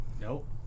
nope